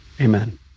Amen